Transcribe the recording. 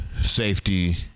safety